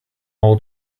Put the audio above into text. all